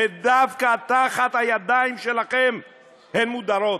ודווקא תחת הידיים שלכם הן מודרות.